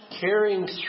carrying